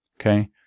okay